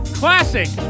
classic